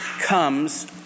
comes